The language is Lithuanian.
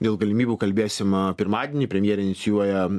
dėl galimybių kalbėsim pirmadienį premjerė inicijuoja